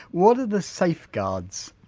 what are the safeguards?